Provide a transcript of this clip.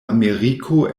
ameriko